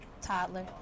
toddler